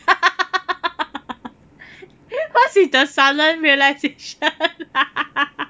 what's with the sudden realisation